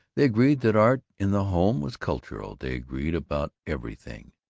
they agreed that art in the home was cultural. they agreed about everything.